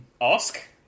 Ask